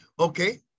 Okay